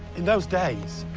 in those days,